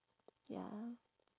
ya